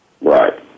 Right